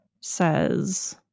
says